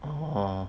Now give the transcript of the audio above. oh